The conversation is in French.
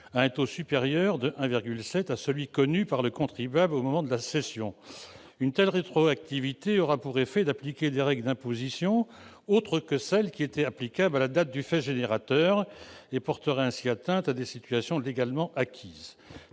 à un taux supérieur de 1,7 % au taux connu par le contribuable au moment de la cession. Or une telle rétroactivité aurait pour effet d'appliquer des règles d'imposition autres que celles qui étaient applicables à la date du fait générateur. Elle porterait ainsi atteinte à des situations légalement acquises.